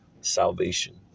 salvation